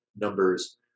numbers